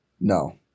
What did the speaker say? No